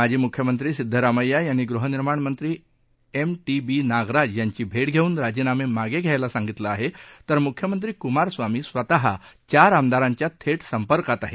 माजी मुख्यमंत्री सिद्धरामैया यांनी गृहनिर्माण मंत्री एम टी बी नागराज यांची भेट घेऊन राजीनामे मागे घ्यायला सांगितलं आहे तर मुख्यमंत्री कुमारस्वामी स्वतः चार आमदारांच्या थेट संपर्कात आहेत